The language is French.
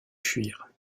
fuir